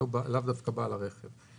את לוקחת את הרכב בלילה הביתה?